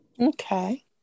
Okay